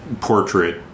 portrait